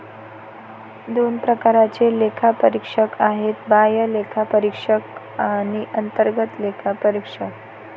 दोन प्रकारचे लेखापरीक्षक आहेत, बाह्य लेखापरीक्षक आणि अंतर्गत लेखापरीक्षक